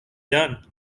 done